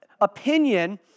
opinion